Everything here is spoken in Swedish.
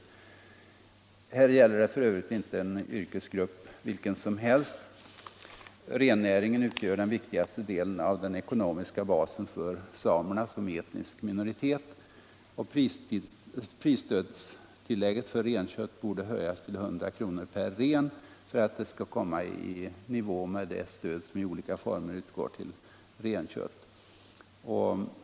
Här gäller det f.ö. inte en yrkesgrupp vilken som helst. Rennäringen utgör den viktigaste delen av den ekonomiska basen för samerna som etnisk minoritet. Prisstödstillägget för renkött borde höjas till 100 kr. per ren för att det skall komma i nivå med det stöd som i olika former utgår till nötkött.